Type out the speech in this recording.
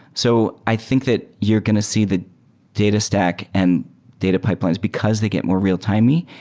so i think that you're going to see the data stack and data pipelines, because they get more real-timey,